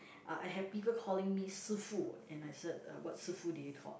uh I have people calling me 师傅 and I said uh what 师傅 did you thought